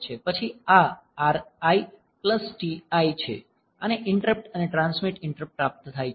પછી આ RI TI છે આને ઈંટરપ્ટ અને ટ્રાન્સમિટ ઈંટરપ્ટ પ્રાપ્ત થાય છે